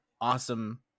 awesome